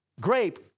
grape